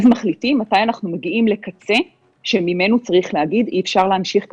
אז מחליטים מתי אנחנו מגיעים לקצה שממנו צריך להגיד אי אפשר להמשיך כך.